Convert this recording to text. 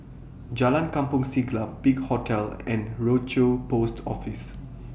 Jalan Kampong Siglap Big Hotel and Rochor Post Office